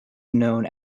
known